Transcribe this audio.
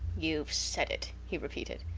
youve said it, he repeated.